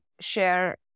share